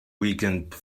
weekend